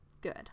Good